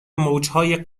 موجهای